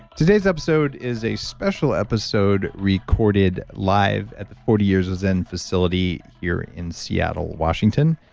today's episode is a special episode recorded live at the forty years of zen facility here in seattle, washington.